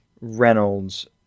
Reynolds